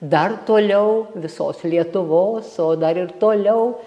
dar toliau visos lietuvos o dar ir toliau